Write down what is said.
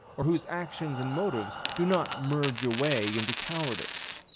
or whose actions and motives do not merge away into cowardice.